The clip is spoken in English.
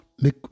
make